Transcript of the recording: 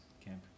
camp